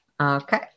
Okay